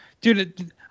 Dude